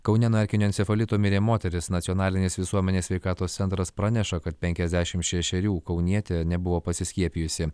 kaune nuo erkinio encefalito mirė moteris nacionalinis visuomenės sveikatos centras praneša kad penkiasdešimt šešerių kaunietė nebuvo pasiskiepijusi